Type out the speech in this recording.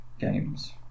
games